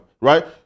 Right